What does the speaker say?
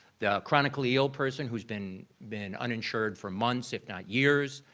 the chronically-ill person who's been been uninsured for months, if not years,